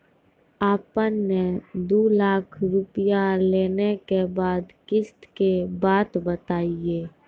आपन ने दू लाख रुपिया लेने के बाद किस्त के बात बतायी?